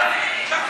תודה רבה.